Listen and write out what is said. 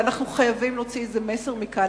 ואנחנו חייבים להוציא איזה מסר מכאן: